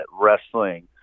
wrestling